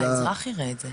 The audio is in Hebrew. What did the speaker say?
האזרח יראה את זה.